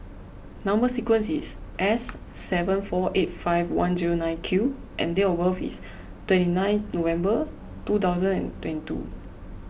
Number Sequence is S seven four eight five one zero nine Q and date of birth is twenty nine November two thousand and twenty two